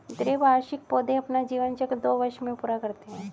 द्विवार्षिक पौधे अपना जीवन चक्र दो वर्ष में पूरा करते है